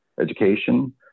education